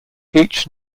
each